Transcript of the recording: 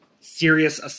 serious